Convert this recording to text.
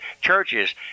churches